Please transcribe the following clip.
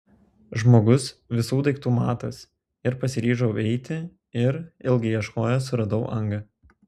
žmogus visų daiktų matas ir pasiryžau eiti ir ilgai ieškojęs suradau angą